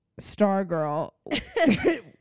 Stargirl